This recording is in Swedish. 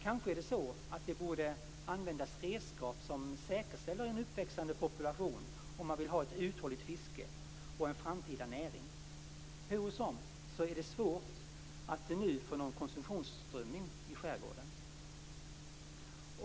Kanske är det så att det borde användas redskap som säkerställer en uppväxande population om man vill ha ett uthålligt fiske och en framtida näring. Hurusom så är det svårt att nu få någon konsumtionsströmming i skärgården.